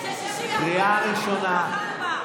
קריאה ראשונה.